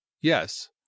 yes